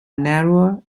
narrower